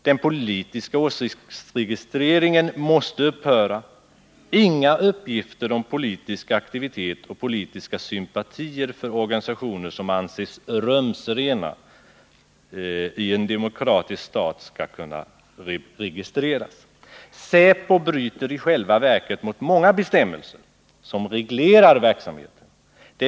Den politiska åsiktsregistreringen måste upphöra, inga uppgifter om politisk aktivitet och politiska sympatier för organisationer som anses ”rumsrena” i en demokratisk stat ska kunna registreras. ——-— Säpo bryter i själva verket mot många bestämmelser som reglerar verksamheten.